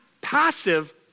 passive